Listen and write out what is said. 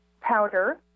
powder